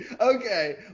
okay